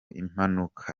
impanuka